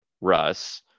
Russ